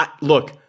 Look